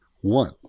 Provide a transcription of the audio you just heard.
one